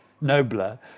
nobler